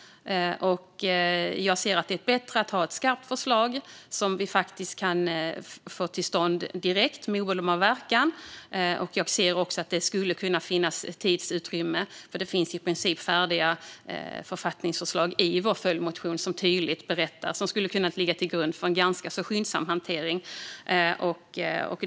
Jag anser att det är bättre att ha ett skarpt förslag som vi faktiskt kan få till stånd direkt, med omedelbar verkan. Jag ser också att det skulle kunna finnas tidsutrymme, för det finns i princip färdiga författningsförslag i vår följdmotion som tydligt berättar och som skulle kunna ligga till grund för en ganska skyndsam hantering.